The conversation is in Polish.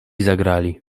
zagrali